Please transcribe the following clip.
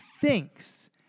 thinks